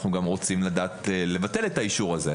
אנחנו גם רוצים לדעת לבטל את האישור הזה.